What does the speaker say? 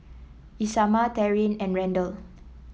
Isamar Taryn and Randal